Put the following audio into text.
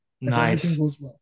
Nice